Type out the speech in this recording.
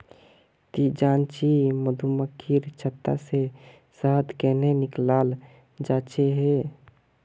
ती जानछि मधुमक्खीर छत्ता से शहद कंन्हे निकालाल जाच्छे हैय